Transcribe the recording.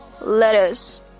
lettuce